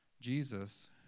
Jesus